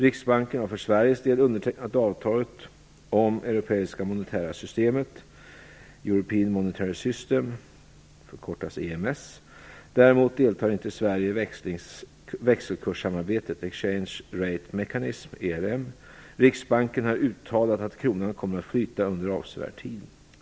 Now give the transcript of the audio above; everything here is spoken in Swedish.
Riksbanken har för Sveriges del undertecknat avtalet om det europeiska monetära systemet, European Monetary System . Däremot deltar inte Sverige i växelkurssamarbetet, Exchange Rate Mechanism . Riksbanken har uttalat att kronan kommer att flyta under avsevärd tid.